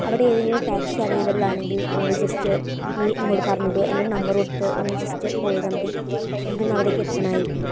അവിടെ ഏതെങ്കിലും taxi available ആണെങ്കില് ഒന്നു ജസ്റ്റ് ഈ ഇങ്ങോട്ട് പറഞ്ഞു വിടുമോ എൻ്റെ നമ്പര് കൊടുത്ത് ഒന്ന് ജസ്റ്റ് കാള് ചെയ്താൽ മതി എനിക്ക് ഒന്ന് അവിടേയ്ക്ക് എത്തണമായിരുന്നു